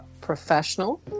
professional